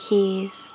Keys